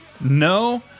No